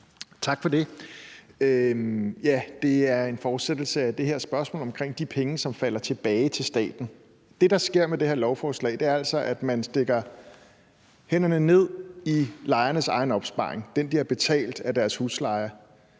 Tak for det. Det er en fortsættelse af det her spørgsmål om de penge, som falder tilbage til staten. Det, der sker med det her lovforslag, er altså, at man stikker hænderne ned i lejernes egen opsparing – den, de har betalt af deres husleje.